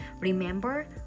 remember